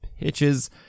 pitches